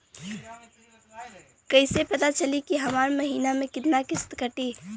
कईसे पता चली की हमार महीना में कितना किस्त कटी?